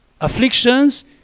afflictions